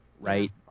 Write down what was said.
Right